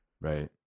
right